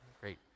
Great